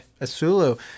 Asulu